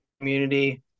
community